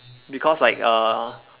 because like uh